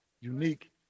unique